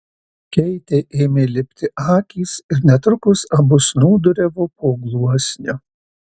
keitei ėmė lipti akys ir netrukus abu snūduriavo po gluosniu